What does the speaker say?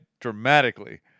dramatically